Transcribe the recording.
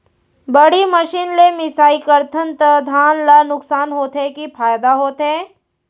बड़ी मशीन ले मिसाई करथन त धान ल नुकसान होथे की फायदा होथे?